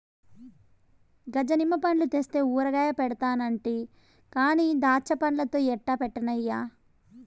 గజ నిమ్మ పండ్లు తెస్తే ఊరగాయ పెడతానంటి కానీ దాచ్చాపండ్లతో ఎట్టా పెట్టన్నయ్యా